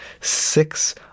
six